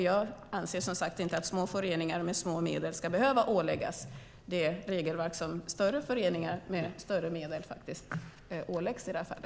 Jag anser som sagt inte att små föreningar med små medel ska behöva åläggas det regelverk som större föreningar med större medel åläggs i detta fall.